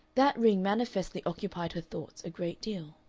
that ring manifestly occupied her thoughts a great deal.